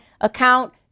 account